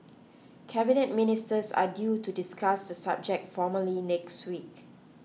Cabinet Ministers are due to discuss the subject formally next week